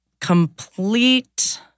Complete